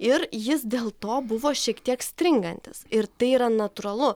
ir jis dėl to buvo šiek tiek stringantis ir tai yra natūralu